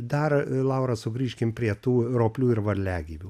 dar laura sugrįžkim prie tų roplių ir varliagyvių